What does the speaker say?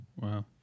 Wow